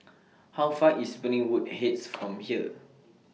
How Far away IS Springwood Heights from here